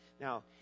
Now